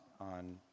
on